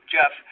Jeff